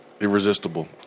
irresistible